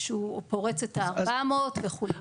שהוא פורץ את ה-400 וכו'.